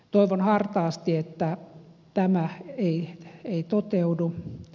toivon hartaasti että tämä ei toteudu